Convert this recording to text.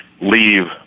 leave